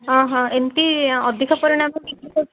ହଁ ହଁ ଏମିତି ଅଧିକ ପରିଣାମର ବିକ୍ରି କରୁଛନ୍ତି